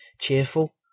Cheerful